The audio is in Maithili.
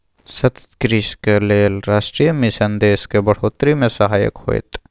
सतत कृषिक लेल राष्ट्रीय मिशन देशक बढ़ोतरी मे सहायक होएत